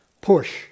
Push